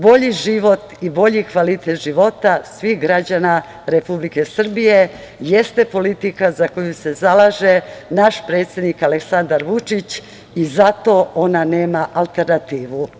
Bolji život i bolji kvalitet života svih građana Republike Srbije jeste politika za koju se zalaže naš predsednik Aleksandar Vučić i zato ona nema alternativu.